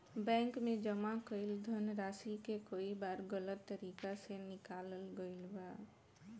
bank में जमा कईल धनराशि के कई बार गलत तरीका से निकालल गईल बा